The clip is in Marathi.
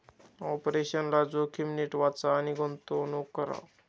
ऑपरेशनल जोखीम नीट वाचा आणि गुंतवणूक करा